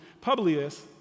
Publius